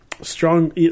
Strong